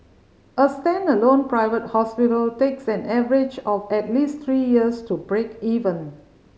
a standalone private hospital takes an average of at least three years to break even